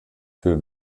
für